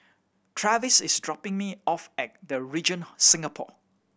Travis is dropping me off at The Regent Singapore